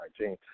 2019